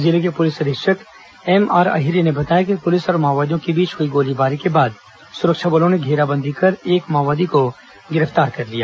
जिले के पुलिस अधीक्षक एम आर अहिरे ने बताया कि पुलिस और माओवादियों के बीच हुई गोलीबारी के बाद सुरक्षा बलों ने घेराबंदी कर एक माओवादी को गिरफ्तार कर लिया